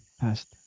passed